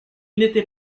n’était